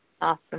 Awesome